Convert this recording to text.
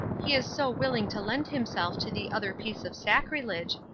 he is so willing to lend himself to the other piece of sacrilege,